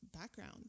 background